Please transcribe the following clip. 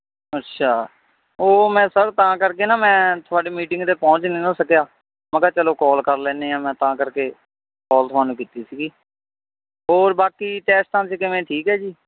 ਅੱਛਾ ਉਹ ਮੈਂ ਸਰ ਤਾਂ ਕਰਕੇ ਨਾ ਮੈਂ ਤੁਹਾਡੀ ਮੀਟਿੰਗ 'ਤੇ ਪਹੁੰਚ ਨਹੀਂ ਨਾ ਸਕਿਆ ਮੈਂ ਕਿਹਾ ਚਲੋ ਕੋਲ ਕਰ ਲੈਂਦੇ ਹਾਂ ਮੈਂ ਤਾਂ ਕਰਕੇ ਕੋਲ ਤੁਹਾਨੂੰ ਕੀਤੀ ਸੀਗੀ ਹੋਰ ਬਾਕੀ ਟੈਸਟਾਂ 'ਚ ਕਿਵੇਂ ਠੀਕ ਹੈ ਜੀ